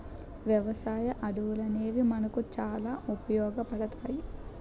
వ్యవసాయ అడవులనేవి మనకు చాలా ఉపయోగపడతాయి